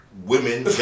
women